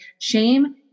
shame